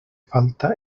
falta